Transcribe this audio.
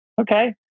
okay